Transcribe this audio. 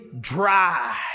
dry